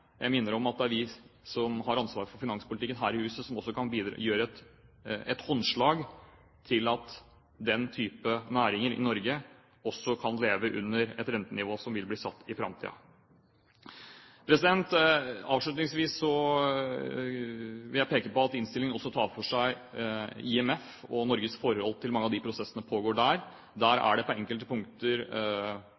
minner jeg om at det er vi som har ansvar for finanspolitikken her i huset, som også kan gi et håndslag til den type næringer i Norge, slik at de også kan leve med et rentenivå som vil bli satt i framtiden. Avslutningsvis vil jeg peke på at innstillingen også tar for seg IMF og Norges forhold til mange av de prosessene som pågår der. På enkelte punkter skilles partienes veier der,